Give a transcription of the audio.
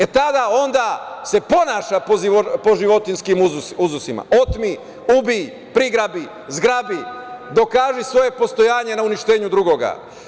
E tada se ponaša po životinjskim uzusima – otmi, ubij, prigrabi, zgrabi, dokaži svoje postojanje na uništenju drugoga.